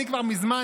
אני כבר מזמן